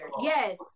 Yes